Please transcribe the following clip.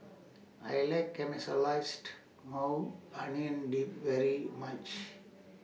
I like Caramelized Maui Onion Dip very much